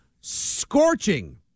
Scorching